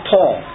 Paul